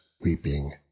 weeping